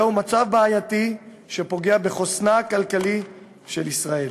זהו מצב בעייתי שפוגע בחוסנה הכלכלי של ישראל.